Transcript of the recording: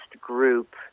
group